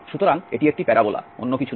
সুতরাং এটি একটি প্যারাবোলা অন্য কিছু নয়